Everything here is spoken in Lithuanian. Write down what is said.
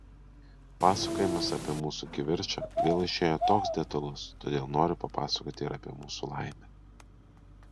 pasakojimas apie mūsų kivirčą vėl išėjo toks detalus todėl noriu papasakoti ir apie mūsų laimę